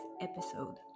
episode